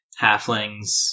halflings